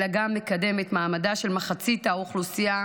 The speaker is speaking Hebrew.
אלא גם מקדם את מעמדה של מחצית האוכלוסייה